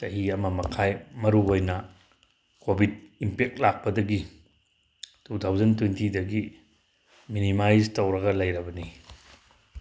ꯆꯍꯤ ꯑꯃ ꯃꯈꯥꯏ ꯃꯔꯨꯑꯣꯏꯅ ꯀꯣꯕꯤꯠ ꯏꯝꯄꯦꯛ ꯂꯥꯛꯄꯗꯒꯤ ꯇꯨ ꯊꯥꯎꯖꯟ ꯇ꯭ꯋꯦꯟꯇꯤꯗꯒꯤ ꯃꯤꯅꯤꯃꯥꯖ ꯇꯧꯔꯒ ꯂꯩꯔꯕꯅꯤ